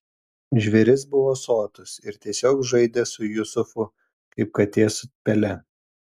žvėris buvo sotus ir tiesiog žaidė su jusufu kaip katė su pele